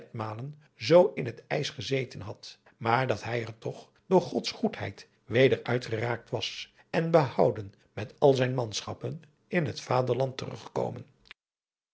zoo in het ijs gezeten had maar dat hij er toch door gods goedheid weder uit geraakt was en behouden met al zijn manschappen in het vaderland